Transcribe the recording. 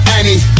Annie